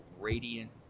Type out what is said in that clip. radiant